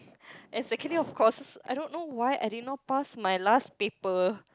as courses I don't know why I did not pass my last paper